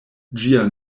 ĝia